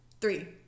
three